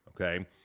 okay